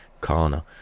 corner